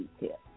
details